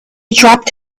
dropped